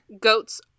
Goats